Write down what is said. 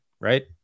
right